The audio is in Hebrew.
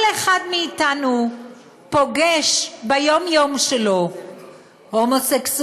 כל אחד מאתנו פוגש ביום-יום שלו הומוסקסואלים,